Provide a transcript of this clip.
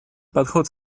подход